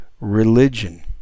religion